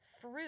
Fruit